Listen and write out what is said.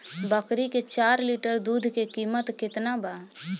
बकरी के चार लीटर दुध के किमत केतना बा?